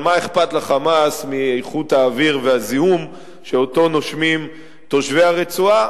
אבל מה אכפת ל"חמאס" מאיכות האוויר ומהזיהום שאותו נושמים תושבי הרצועה.